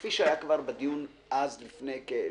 כפי שהיה כבר בדיון לפני כשנה,